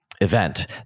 event